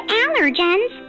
allergens